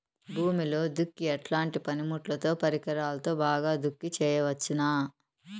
భూమిలో దుక్కి ఎట్లాంటి పనిముట్లుతో, పరికరాలతో బాగా దుక్కి చేయవచ్చున?